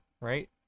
right